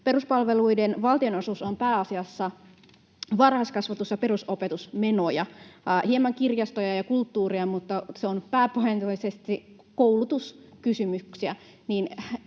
Peruspalveluiden valtionosuus on pääasiassa varhaiskasvatus‑ ja perusopetusmenoja, hieman kirjastoja ja kulttuuria, mutta se on pääsääntöisesti koulutuskysymyksiä.